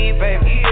baby